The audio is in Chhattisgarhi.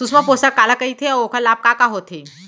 सुषमा पोसक काला कइथे अऊ ओखर लाभ का का होथे?